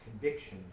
conviction